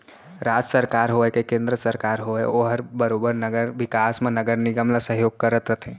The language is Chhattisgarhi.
राज सरकार होवय के केन्द्र सरकार होवय ओहर बरोबर नगर बिकास म नगर निगम ल सहयोग करत रथे